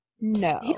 no